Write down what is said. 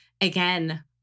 again